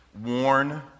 warn